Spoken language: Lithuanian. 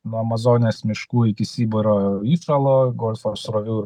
nuo amazonės miškų iki sibiro įšalo golfo srovių